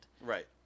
Right